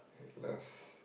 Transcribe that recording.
at last